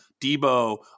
Debo